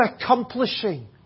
accomplishing